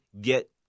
get